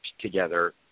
together